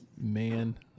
Man